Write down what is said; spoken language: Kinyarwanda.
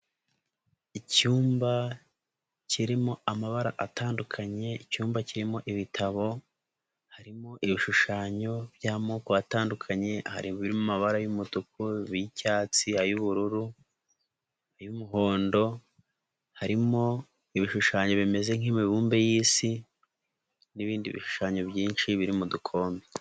Icyumba kirimo amabara atandukanye, icyumba kirimo ibitabo, harimo ibishushanyo by'amoko atandukanye, hari ibiri mu amabara y'umutuku, n'icyatsi, ay'ubururu ay'umuhondo, harimo ibishushanyo bimeze nk'imibumbe y'Isi n'ibindi bishushanyo byinshi, biri mu dukombe.